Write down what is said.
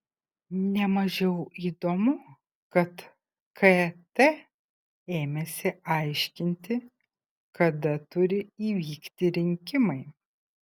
ne mažiau įdomu kad kt ėmėsi aiškinti kada turi įvykti rinkimai